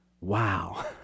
Wow